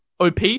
OP